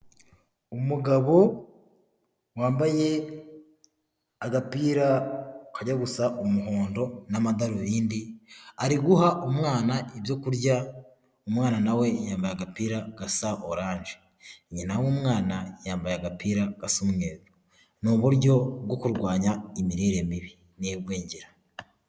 Umugabo wambaye agapira kajya gusa umuhondo n'amadarubindi ari guha umwana ibyo kurya umwana nawe yambaye agapira gasa orange nyina w'umwana yambaye agapira gasa n'umweru ni uburyo bwo kurwanya imirire mibi n'igwingira.